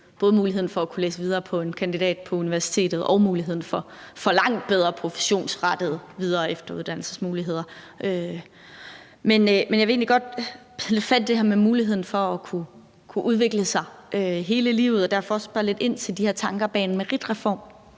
med muligheden for at kunne læse videre på en kandidat på universitetet og muligheden for at få langt bedre professionsrettede videre- og efteruddannelsesmuligheder. Jeg vil egentlig godt tage fat i det her med muligheden for at kunne udvikle sig hele livet, og derfor vil jeg spørge lidt ind til de her tanker bag en meritreform,